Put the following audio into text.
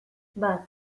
bat